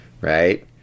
right